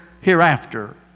hereafter